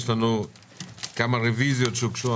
יש לנו כמה רביזיות שהוגשו,